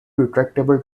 retractable